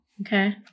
Okay